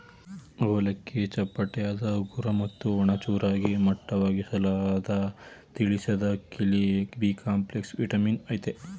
ಅವಲಕ್ಕಿ ಚಪ್ಪಟೆಯಾದ ಹಗುರ ಮತ್ತು ಒಣ ಚೂರಾಗಿ ಮಟ್ಟವಾಗಿಸಲಾದ ತಳಿಸಿದಅಕ್ಕಿಲಿ ಬಿಕಾಂಪ್ಲೆಕ್ಸ್ ವಿಟಮಿನ್ ಅಯ್ತೆ